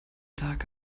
tag